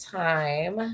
time